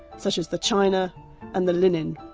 such as the china and the linen.